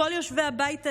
כל יושבי הבית הזה,